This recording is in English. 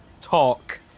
Talk